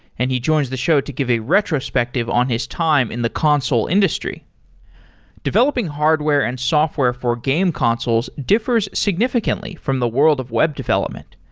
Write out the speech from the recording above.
and he joins the show to give a retrospective on his time in the console industry developing hardware and software for game consoles differs significantly from the world of web development.